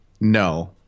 No